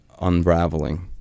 unraveling